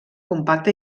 compacte